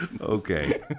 okay